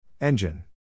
Engine